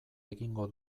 egingo